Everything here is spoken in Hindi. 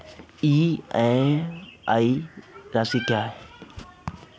ई.एम.आई राशि क्या है?